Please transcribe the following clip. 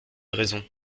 raison